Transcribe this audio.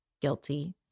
guilty